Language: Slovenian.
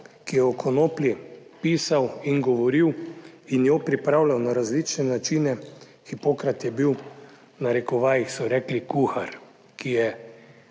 ki je o konoplji pisal in govoril in jo pripravljal na različne način, Hipokrat je bil, v narekovajih, so rekli kuhar, ki je